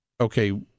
okay